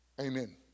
Amen